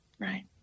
Right